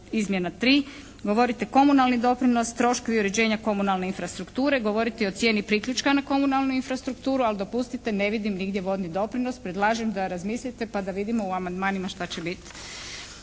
izmjena 3. govorite komunalni doprinos, troškovi uređenja komunalne infrastrukture, govorite i o cijeni priključka na komunalnu infrastrukturu, ali dopustite ne vidim nigdje vodni doprinos. Predlažem da razmislite pa da vidimo u amandmanima šta će biti.